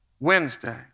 Wednesday